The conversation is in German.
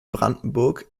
brandenburg